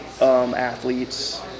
athletes